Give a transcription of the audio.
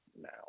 now